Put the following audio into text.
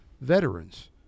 veterans